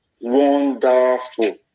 wonderful